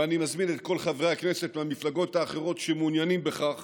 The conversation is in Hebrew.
ואני מזמין את כל חברי הכנסת מהמפלגות האחרות שמעוניינים בכך